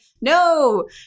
no